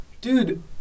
Dude